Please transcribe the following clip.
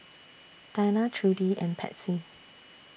Dinah Trudy and Patsy